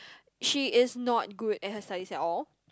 she is not good at her studies at all